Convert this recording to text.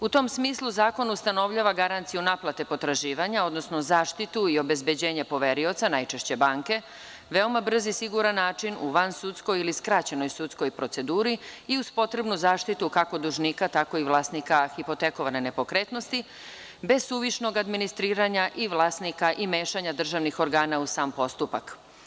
U tom smislu Zakon ustanovljava garanciju naplate potraživanja, odnosno zaštitu i obezbeđenje poverioca, najčešće banke, veoma brz i siguran način u vansudsko ili skraćenoj sudskom proceduri i uz potrebnu zaštitu, kako dužnika tako i vlasnika hipotekovane nepokretnosti bez suvišnog administriranja i vlasnika i mešanja državnih organa u sam postupak.